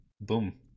Boom